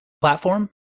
platform